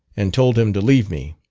and told him to leave me.